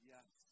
Yes